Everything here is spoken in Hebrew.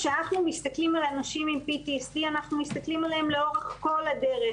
כשאנחנו מסתכלים על אנשים עם PTSD אנחנו מתסכלים עליהם לאורך כל הדרך,